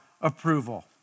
approval